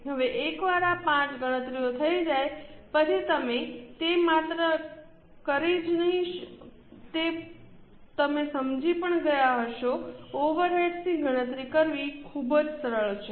હવે એકવાર આ 5 ગણતરીઓ થઈ જાય પછી તમે તે માત્ર કરી જ નહીં તે તમે સમજી પણ ગયા હશે ઓવરહેડ્સની ગણતરી કરવી ખૂબ જ સરળ છે